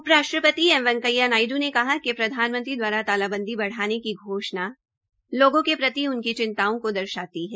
उपराष्ट्रपति एम वैकेंया नायड् ने कहा कि प्रधानमंत्री दवारा तालाबंदी की घोषणा लोगों के प्रति उनकी चिंताओं को दर्शाता है